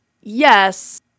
yes